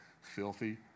Filthy